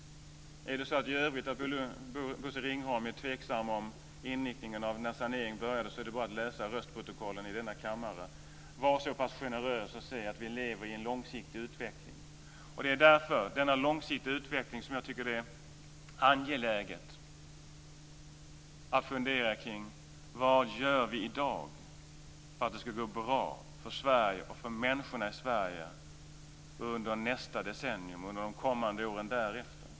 Är Bosse Ringholm i övrigt tveksam om när saneringen började är det bara att läsa röstprotokollen i denna kammare. Var så pass generös och se att vi lever i en långsiktig utveckling. Det är på grund av denna långsiktiga utveckling som jag finner det angeläget att fundera kring vad vi gör i dag för att det ska gå bra för Sverige och människorna i Sverige under nästa decennium och de kommande åren därefter.